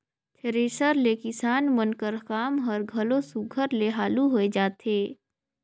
thresher ले किसान मन कर काम हर घलो सुग्घर ले हालु होए जाथे